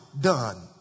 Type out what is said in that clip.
done